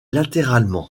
latéralement